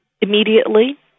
immediately